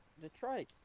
Detroit